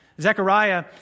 Zechariah